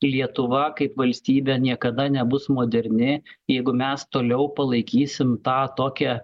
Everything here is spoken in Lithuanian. lietuva kaip valstybė niekada nebus moderni jeigu mes toliau palaikysim tą tokią